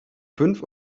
fünf